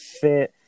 fit